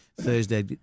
Thursday